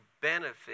benefit